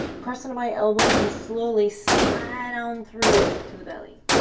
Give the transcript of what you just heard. press into my elbows and slowly slide on through to the belly.